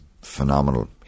phenomenal